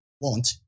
want